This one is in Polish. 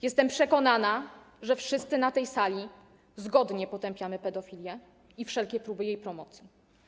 Jestem przekonana, że wszyscy na tej sali zgodnie potępiamy pedofilię i wszelkie próby jej promocji.